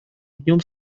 днем